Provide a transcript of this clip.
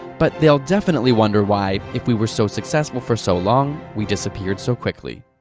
but they'll definitely wonder why, if we were so successful for so long, we disappeared so quickly.